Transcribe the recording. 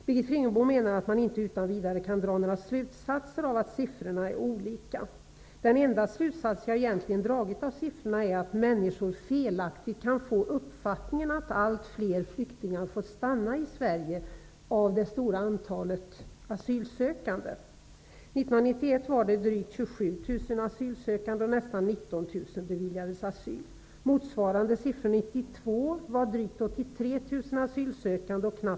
Birgit Friggebo menar att man inte utan vidare kan dra några slutsatser av att siffrorna är så olika. Den enda slutsats som jag egentligen har dragit av siffrorna är att människor felaktigt kan få uppfattningen att allt fler flyktingar får stanna i Sverige av det stora antalet asylsökande.